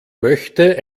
möchte